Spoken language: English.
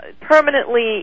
permanently